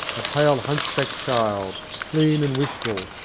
a pale hunchbacked child, clean and wistful,